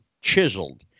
chiseled